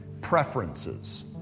Preferences